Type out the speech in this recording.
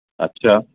अच्छा